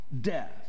death